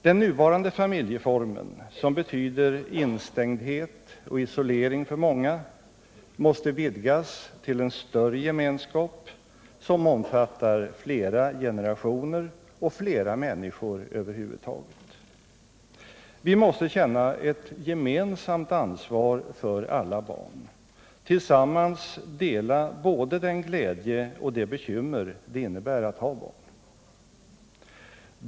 Den nuvarande familjeformen, som betyder instängdhet och isolering för många, måste vidgas till en större gemenskap som omfattar flera generationer och flera människor över huvud taget. Vi måste känna ett gemensamt ansvar för alla barn, tillsammans dela både den glädje och det bekymmer det innebär att ha barn.